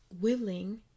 willing